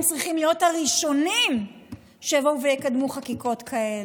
הם צריכים להיות הראשונים שיבואו ויקדמו חקיקות כאלה,